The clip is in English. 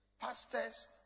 pastors